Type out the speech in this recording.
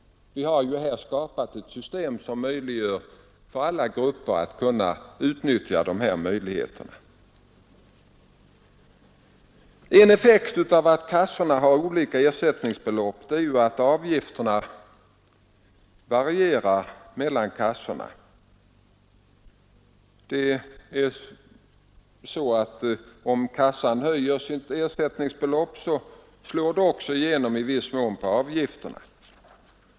Vi har ju nu skapat ett system som möjliggör för alla grupper att utnyttja arbetslöshetsersättningarna. En effekt av att kassorna har olika ersättningsbelopp är att avgifterna varierar mellan kassorna. När en kassa höjer ersättningsbeloppen slår det i viss mån igenom på avgifterna.